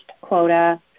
quota